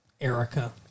Erica